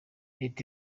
leta